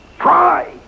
Try